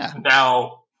now